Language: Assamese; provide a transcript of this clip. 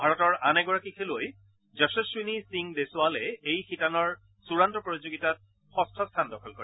ভাৰতৰ আন এগৰাকী খেলুৱৈ যশস্নীনি সিং দেছৰালে এই শিতানৰ চূড়ান্ত প্ৰতিযোগিতাত ষষ্ঠ স্থান দখল কৰে